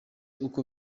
uko